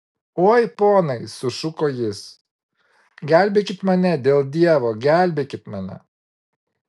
oi ponai sušuko jis gelbėkit mane dėl dievo gelbėkit mane